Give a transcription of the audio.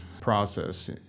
process